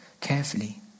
carefully